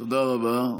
תודה רבה.